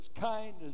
kindness